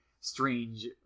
strange